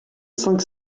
cinq